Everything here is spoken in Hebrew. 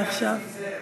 רגע,